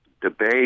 debate